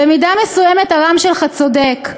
במידה מסוימת, הר"מ שלך צודק.